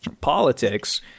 politics